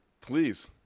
Please